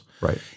Right